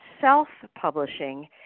self-publishing